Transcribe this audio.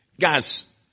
Guys